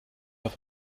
auf